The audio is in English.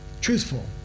Truthful